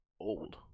Old